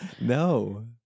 no